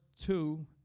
two